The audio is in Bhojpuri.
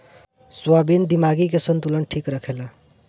सोयाबीन दिमागी के संतुलन ठीक रखेला